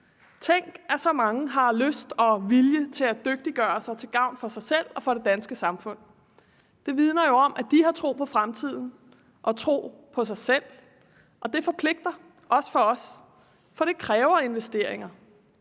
Tænk, at så mange har lyst og vilje til at dygtiggøre sig til gavn for sig selv og for det danske samfund. Det vidner jo om, at de har tro på fremtiden og tro på sig selv, og det forpligter, også os, for det kræver investeringer.